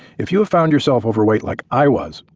if you have found yourself over weight like i was,